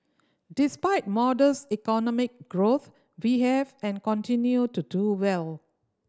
despite modest economic growth we have and continue to do well